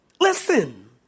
Listen